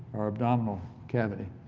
our abdominal cavity.